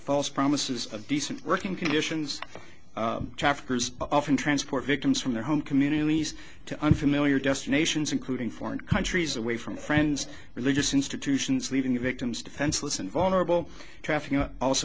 false promises of decent working conditions traffickers often transport victims from their home communities to unfamiliar destinations including foreign countries away from friends religious institutions leaving the victims defenseless and vulnerable